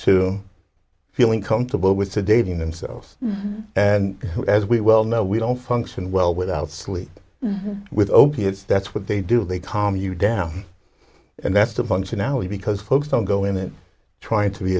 to feeling comfortable with the dating themselves and as we well know we don't function well without sleep with opiates that's what they do they calm you down and that's the function now because folks don't go in trying to be